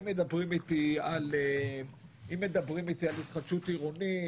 אם מדברים איתי על התחדשות עירונית,